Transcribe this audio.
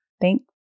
Thank